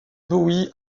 bowie